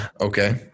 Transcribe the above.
Okay